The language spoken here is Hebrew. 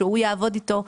שהוא יעבוד איתו.